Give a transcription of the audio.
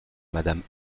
madame